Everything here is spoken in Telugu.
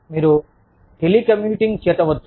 మీరు టెలికమ్యుటింగ్ చేర్చవచ్చు